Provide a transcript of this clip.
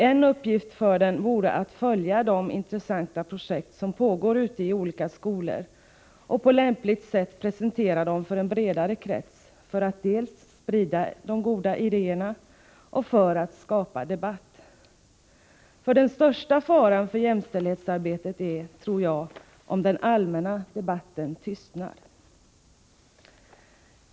En uppgift för den vore att följa de intressanta projekt som pågår ute i olika skolor och på lämpligt sätt presentera dem för en bredare krets i syfte att dels sprida de goda idéerna, dels skapa debatt. Den största faran för jämställdhetsarbetet tror jag nämligen är att den allmänna debatten tystnar.